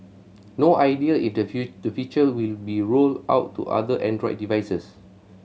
no idea the feature will be rolled out to other Android devices